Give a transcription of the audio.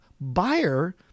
buyer